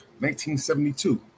1972